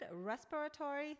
respiratory